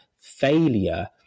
failure